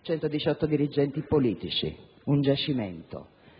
118 dirigenti politici: un giacimento